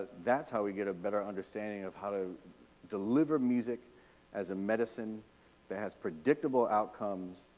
that's how we get a better understanding of how to deliver music as a medicine that has predictable outcomes,